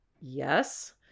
Yes